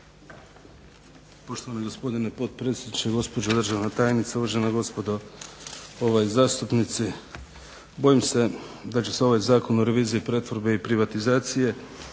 Poštovani gospodine potpredsjedniče, gospođo državna tajnice, uvažena gospodo zastupnici. Bojim se da će se ovaj Zakon o reviziji pretvorbe i privatizacije